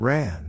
Ran